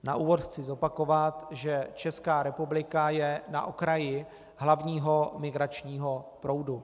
Na úvod chci zopakovat, že Česká republika je na okraji hlavního migračního proudu.